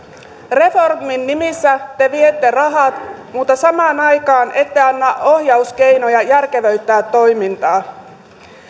reformin nimissä te viette rahat mutta samaan aikaan ette anna ohjauskeinoja järkevöittää toimintaa